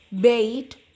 bait